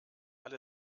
alle